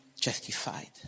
justified